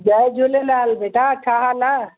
जय झूलेलाल बेटा छा हाल आहे